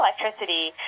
electricity